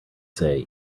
say